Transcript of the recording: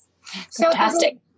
Fantastic